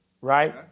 right